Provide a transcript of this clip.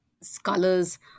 scholars